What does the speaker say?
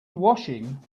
washing